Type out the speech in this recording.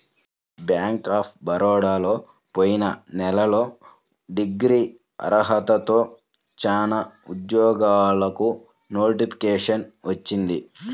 bank of బరోడాలో పోయిన నెలలో డిగ్రీ అర్హతతో చానా ఉద్యోగాలకు నోటిఫికేషన్ వచ్చింది